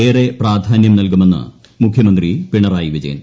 ഏറെ പ്രാധാന്യം നൽകുമെന്ന് മുഖ്യമന്ത്രി പിണറായി വിജയൻ